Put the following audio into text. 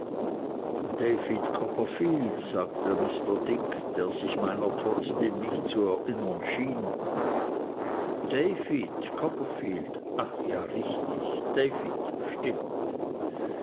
david copperfield sagte mr dick der sich meiner trotzdem nicht zu erinnern schien david copperfield ach ja richtig david stimmt